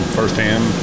firsthand